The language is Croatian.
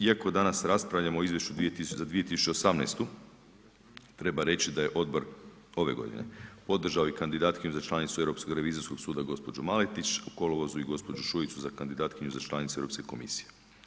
Iako danas raspravljamo o izvješću za 2018. treba reći da je odbor ove godine podržao i kandidatkinju za članicu Europskog revizijskog suda gospođu Maletić u kolovozu i gospođu Šuicu za kandidatkinju za članicu Europske komisije.